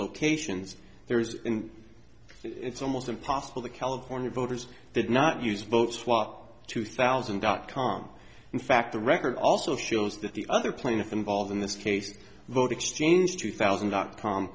locations there is it's almost impossible the california voters did not use votes swat two thousand dot com in fact the record also shows that the other plaintiff involved in this case vote exchange two thousand dot com